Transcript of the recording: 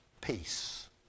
peace